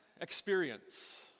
experience